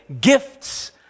gifts